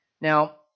Now